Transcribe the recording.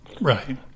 Right